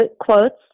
quotes